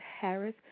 Harris